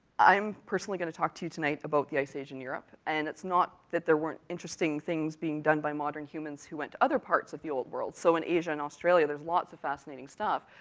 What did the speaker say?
i'm personally going to talk to you tonight about the ice age in europe, and it's not that there weren't interesting things being done by modern humans who went to other parts of the old world. so in asia and australia, there's lots of fascinating stuff,